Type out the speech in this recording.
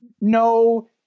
No